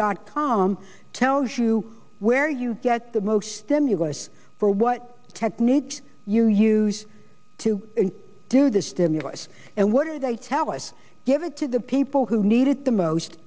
dot com tells you where you get the most stimulus for what technique you use to do this stimulus and what are they tell us give it to the people who need it the most